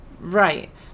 Right